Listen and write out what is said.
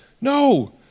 No